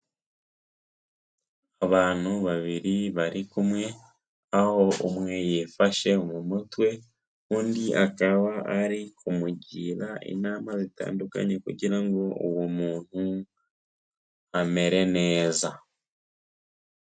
Abantu babiri bari kumwe, aho umwe yifashe mu mutwe, undi akaba ari kumugira inama zitandukanye kugira ngo uwo muntu amere neza.